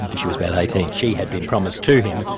um she was about eighteen, she had been promised to him,